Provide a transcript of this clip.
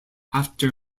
after